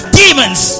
demons